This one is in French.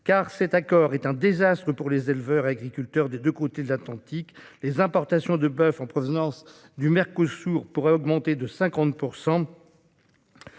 cet accord est un désastre pour les éleveurs et agriculteurs des deux côtés de l'Atlantique. Les importations de boeuf en provenance du Mercosur pourraient augmenter de 50 %.